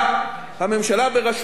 הממשלה בראשותך,